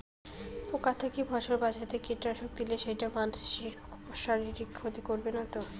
পোকার থাকি ফসল বাঁচাইতে কীটনাশক দিলে সেইটা মানসির শারীরিক ক্ষতি করিবে না তো?